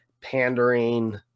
pandering